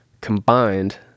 combined